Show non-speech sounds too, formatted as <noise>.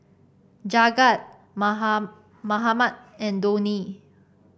Jagat <unintelligible> Mahatma and Dhoni